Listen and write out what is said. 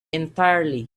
entirely